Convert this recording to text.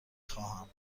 خواهم